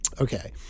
Okay